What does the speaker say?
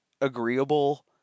agreeable